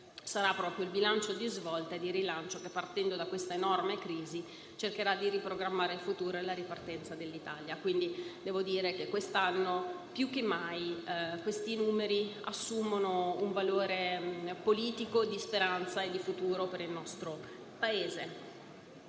costruire sarà di svolta e di rilancio, perché partendo da quest'enorme crisi, cercherà di riprogrammare il futuro e la ripartenza dell'Italia. Devo dire quindi che quest'anno più che mai tali numeri assumono un valore politico di speranza e di futuro per il nostro Paese.